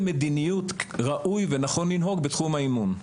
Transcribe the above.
מדיניות ראוי ונכון לנהוג בתחום האימון.